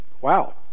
Wow